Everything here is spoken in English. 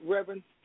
Reverend